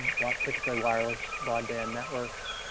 like particularly wireless broadband networks.